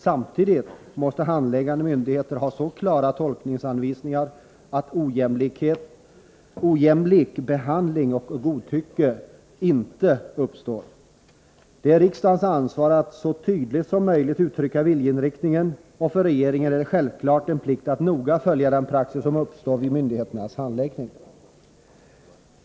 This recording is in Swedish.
Samtidigt måste handläggande myndigheter ha så klara tolkningsanvisningar att ojämlik behandling och godtycke inte uppstår. Det är riksdagens ansvar att så tydligt som möjligt uttrycka viljeinriktningen, och för regeringen är det självfallet en plikt att noga följa den praxis som uppstår vid myndigheternas handläggning.